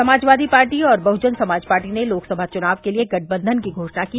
Samajwadi Party और Bahujan Samaj Party ने लोकसभा चुनाव के लिए गठबंधन की घोषणा की